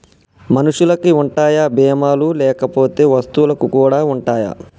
మనుషులకి ఉంటాయా బీమా లు లేకపోతే వస్తువులకు కూడా ఉంటయా?